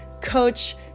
coach